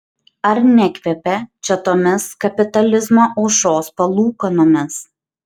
ar nekvepia čia tomis kapitalizmo aušros palūkanomis